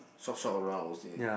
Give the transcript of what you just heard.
shop shop around